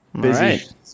Busy